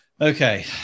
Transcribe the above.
Okay